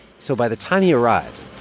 so by the time he arrives.